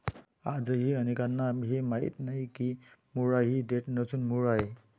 आजही अनेकांना हे माहीत नाही की मुळा ही देठ नसून मूळ आहे